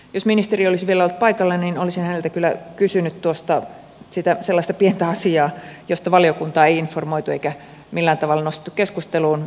jos ministeri olisi vielä ollut paikalla niin olisin häneltä kyllä kysynyt sellaista pientä asiaa josta valiokuntaa ei informoitu ja jota ei millään tavalla nostettu keskusteluun